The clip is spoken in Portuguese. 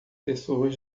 pessoas